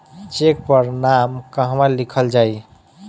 Check पर नाम कहवा लिखल जाइ?